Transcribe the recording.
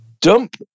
dump